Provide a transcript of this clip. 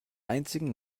einzigen